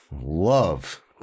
love